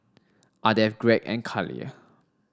Ardeth Gregg and Khalil